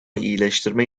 iyileştirme